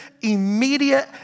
immediate